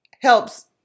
helps